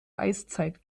eiszeit